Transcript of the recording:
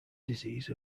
disease